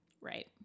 Right